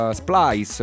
splice